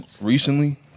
recently